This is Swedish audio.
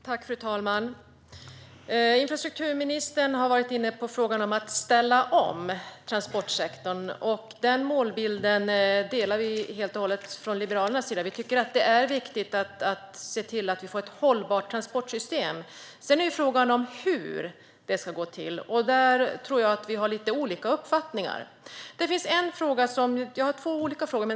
Fru talman! Infrastrukturministern har varit inne på frågan om att ställa om transportsektorn. Den målbilden delar vi helt och hållet från Liberalernas sida. Vi tycker att det är viktigt att se till att vi får ett hållbart transportsystem. Sedan är frågan hur detta ska gå till, och där tror jag att vi har lite olika uppfattningar. Jag har två olika frågor.